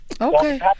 okay